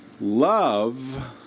Love